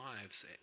lives